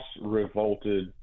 revolted